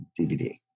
DVD